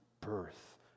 birth